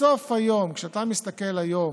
בסוף היום, כשאתה מסתכל היום